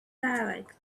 dialect